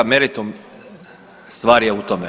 Meritum stvari je u tome.